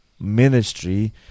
ministry